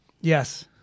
Yes